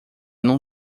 não